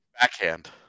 Backhand